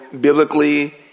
biblically